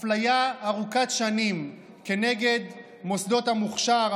אפליה ארוכת שנים נגד מוסדות המוכש"ר,